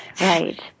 right